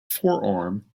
forearm